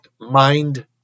mind